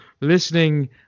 listening